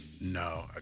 No